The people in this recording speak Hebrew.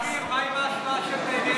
מה עם ההשוואה של בנט?